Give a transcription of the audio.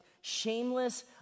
Shameless